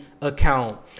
account